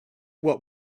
what